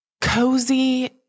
cozy